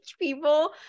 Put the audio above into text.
people